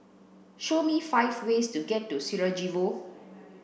show me five ways to get to Sarajevo